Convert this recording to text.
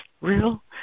real